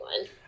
one